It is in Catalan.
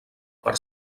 per